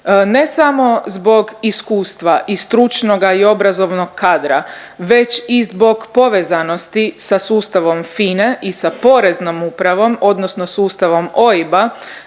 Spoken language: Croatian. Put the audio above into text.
ne samo zbog iskustva i stručnoga i obrazovnog kadra već i zbog povezanosti sa sustavom FINA-e i sa Poreznom upravom, odnosno sustavom OIB-a